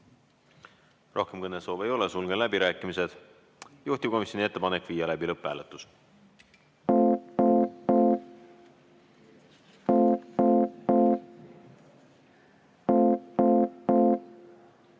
Rohkem kõnesoove ei ole, sulgen läbirääkimised. Juhtivkomisjoni ettepanek on viia läbi lõpphääletus.